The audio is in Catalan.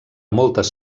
moltes